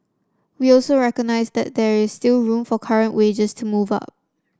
we also recognised that there is still room for current wages to move up